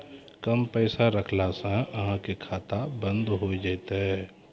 कम पैसा रखला से अहाँ के खाता बंद हो जैतै?